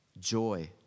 joy